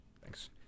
thanks